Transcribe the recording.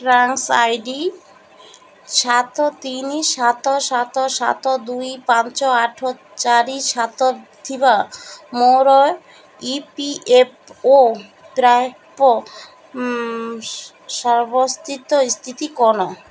trans I D ସାତ ତିନି ସାତ ସାତ ସାତ ଦୁଇ ପାଞ୍ଚ ଆଠ ଚାରି ସାତ ଥିବା ମୋର ଇ ପି ଏଫ୍ ଓ ପ୍ରାପ୍ୟ ସ୍ଥିତି କ'ଣ